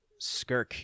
Skirk